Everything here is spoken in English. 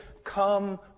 come